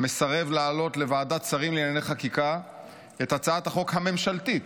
מסרב להעלות לוועדת שרים לענייני חקיקה את הצעת החוק הממשלתית,